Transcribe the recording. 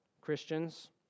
Christians